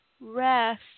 rest